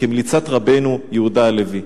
כמליצת רבנו יהודה הלוי.